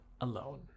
alone